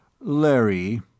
Larry